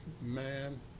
man